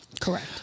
Correct